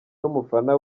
n’umufana